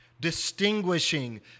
distinguishing